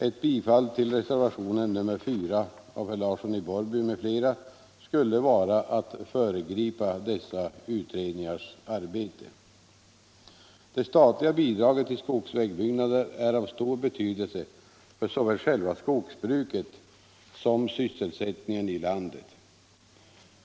Ett bifall till reservationen 4 av herr Larsson i Borrby m.fl. skulle vara att föregripa dessa utredningars arbete. Det statliga bidraget till skogsvägbyggnader är av stor betydelse för såväl själva skogsbruket som sysselsättningen i landet.